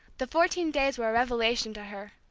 the fourteen days were a revelation to her.